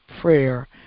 prayer